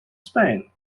spain